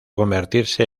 convertirse